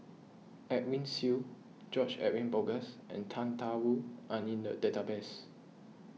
Edwin Siew George Edwin Bogaars and Tang Da Wu are in the database